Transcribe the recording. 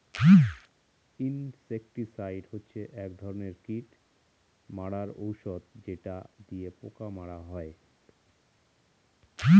insecticide হচ্ছে এক ধরনের কীট মারার ঔষধ যেটা দিয়ে পোকা মারা হয়